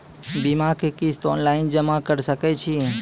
बीमाक किस्त ऑनलाइन जमा कॅ सकै छी?